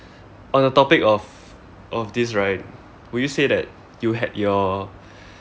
on the topic of of this right would you say that you had your